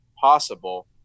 possible